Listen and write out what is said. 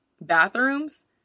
bathrooms